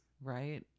right